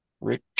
Rick